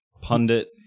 pundit